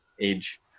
age